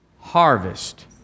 harvest